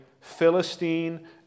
Philistine